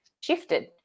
shifted